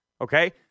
Okay